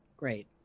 Great